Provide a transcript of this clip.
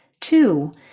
Two